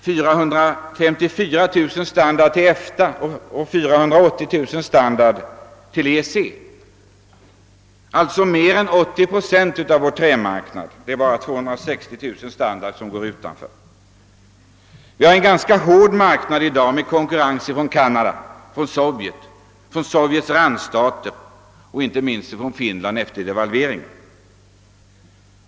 454 000 standards går till EFTA och 480 000 standards till EEC. Mer än 80 procent av vår träexport går alltså till dessa områden; endast 260 000 standards går utanför. Vi har i dag en ganska hård marknad med konkurrens från Kanada, Sovjet och Sovjets randstater och inte minst från Finland efter devalveringen.